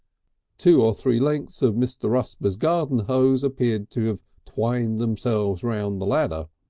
two or three lengths of mr. rusper's garden hose appeared to have twined themselves round the ladder.